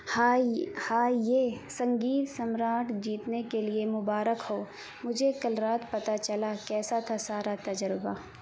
high hi یہ سنگیت سمراٹ جیتنے کے لیے مبارک ہو مجھے کل رات پتہ چلا کیسا تھا سارا تجربہ